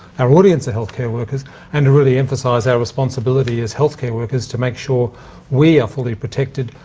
our audience are healthcare workers and to really emphasise our responsibility as healthcare workers to make sure we are fully protected.